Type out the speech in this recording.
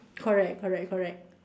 correct correct correct